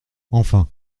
enfin